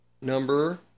number